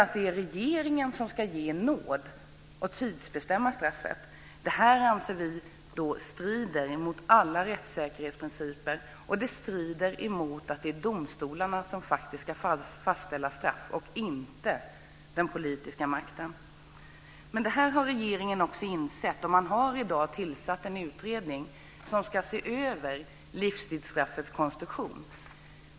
Att det är regeringen som ska ge nåd och tidsbestämma straffet anser vi strider mot alla rättssäkerhetsprinciper, och det strider mot principen att det är domstolarna som ska fastställa straff och inte den politiska makten. Detta har regeringen insett. Man har tillsatt en utredning som ska se över livstidsstraffets konstruktion.